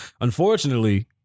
Unfortunately